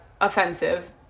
offensive